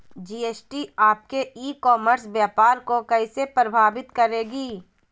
GST आपके e commerce व्यापार को कैसे प्रभावित करेगी?